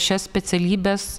šias specialybes